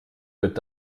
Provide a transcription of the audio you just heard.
wird